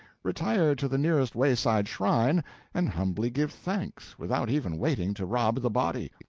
retire to the nearest wayside shrine and humbly give thanks, without even waiting to rob the body.